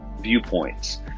viewpoints